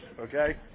okay